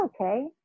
okay